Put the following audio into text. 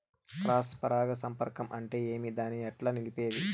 Cross పరాగ సంపర్కం అంటే ఏమి? దాన్ని ఎట్లా నిలిపేది?